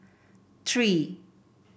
three